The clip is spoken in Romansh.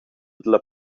dalla